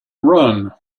run